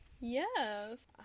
Yes